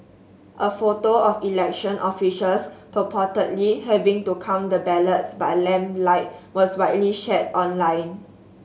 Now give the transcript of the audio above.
a photo of election officials purportedly having to count the ballots by lamplight was widely shared online